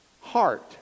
Heart